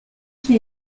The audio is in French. qui